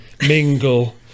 mingle